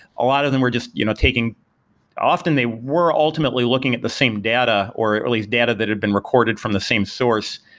a lot of them were just you know taking often, they were ultimately looking at the same data or at least data that have been recorded from the same source,